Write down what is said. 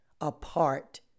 apart